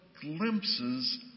glimpses